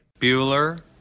bueller